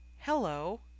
hello